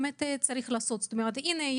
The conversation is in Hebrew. הנה,